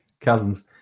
cousins